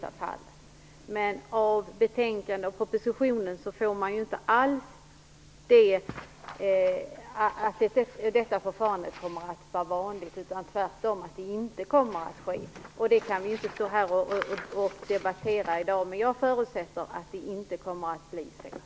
Av betänkande och proposition får man inte alls uppfattningen att detta förfarande kommer att vara vanligt, utan tvärtom att det inte kommer att vara vanligt. Det kan vi inte debattera i dag. Jag förutsätter att det inte kommer att vara vanligt.